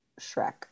Shrek